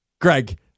greg